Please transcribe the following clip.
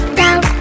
down